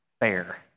fair